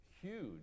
huge